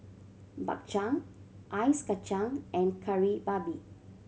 Bak Chang ice kacang and Kari Babi